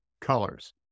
colors